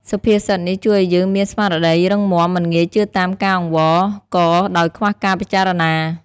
សុភាសិតនេះជួយឱ្យយើងមានស្មារតីរឹងមាំ មិនងាយជឿតាមការអង្វរករដោយខ្វះការពិចារណា។